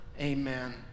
amen